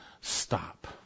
stop